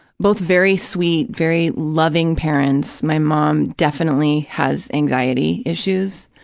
both very sweet, very loving parents. my mom definitely has anxiety issues.